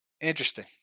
Interesting